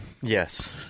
Yes